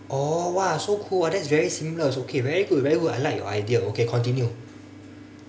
oh !wah! so cool ah that's very seamless okay very good very good I like your idea okay continue